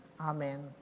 Amen